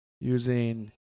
using